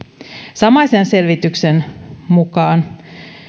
samaisen selvityksen mukaan